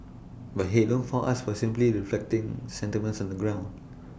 but hey don't fault us for simply reflecting sentiments on the ground